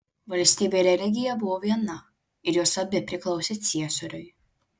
valstybė ir religija buvo viena ir jos abi priklausė ciesoriui